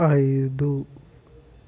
ఐదు